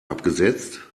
abgesetzt